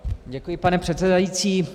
Děkuji, pane předsedající.